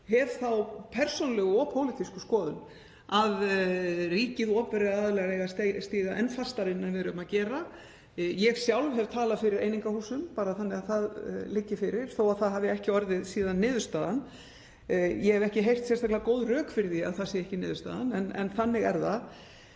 hef þá persónulegu og pólitísku skoðun að ríkið og opinberir aðilar eigi að stíga enn fastar inn en við erum að gera. Ég sjálf hef talað fyrir einingahúsum svo að það liggi fyrir, þó að það hafi ekki orðið niðurstaðan. Ég hef ekki heyrt sérstaklega góð rök fyrir því að það sé ekki niðurstaðan en þannig er það.